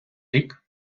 рік